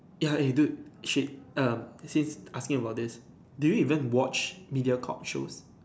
ya eh dude shit um since asking about this do you even watch MediaCorp shows